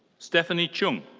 stephanie cheung.